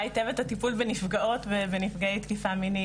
היטב את הטיפול בנפגעות ונפגעי תקיפה מינית,